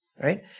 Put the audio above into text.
right